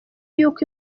y’uko